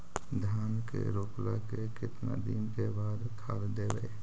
धान के रोपला के केतना दिन के बाद खाद देबै?